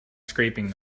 scraping